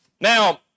Now